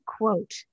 quote